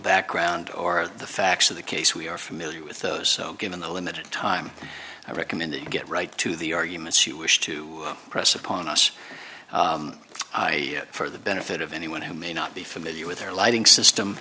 background or the facts of the case we are familiar with those given the limited time i recommend that you get right to the arguments you wish to press upon us for the benefit of anyone who may not be familiar with their lighting system